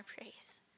praise